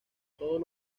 todos